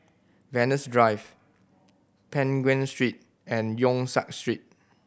Venus Drive Peng Nguan Street and Yong Siak Street